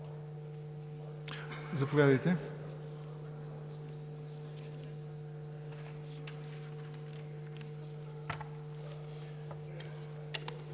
Заповядайте.